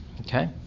Okay